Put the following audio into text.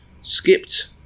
skipped